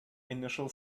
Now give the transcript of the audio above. initial